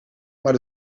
maar